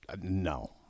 no